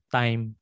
time